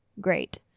Great